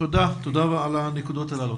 תודה על הנקודות הללו.